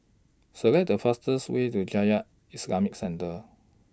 Select The fastest Way to Jamiyah Islamic Centre